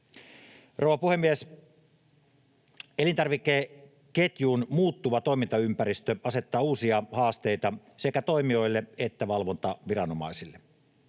Rouva puhemies! Elintarvikeketjun muuttuva toimintaympäristö asettaa uusia haasteita sekä toimijoille että valvontaviranomaisille.